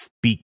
speak